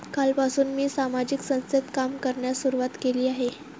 कालपासून मी सामाजिक संस्थेत काम करण्यास सुरुवात केली आहे